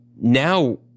Now